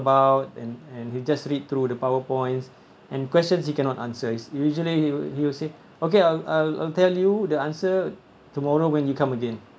about and and he'll just read through the power points and questions he cannot answer it's usually he will say okay I'll I'll I'll tell you the answer tomorrow when you come again